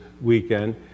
Weekend